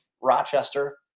Rochester